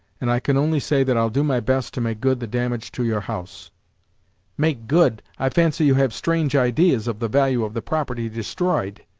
and i can only say that i'll do my best to make good the damage to your house make good i fancy you have strange ideas of the value of the property destroyed